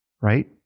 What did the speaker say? right